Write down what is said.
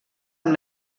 amb